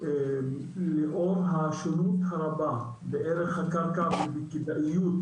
לאור השונות הרבה בערך הקרקע ובכדאיות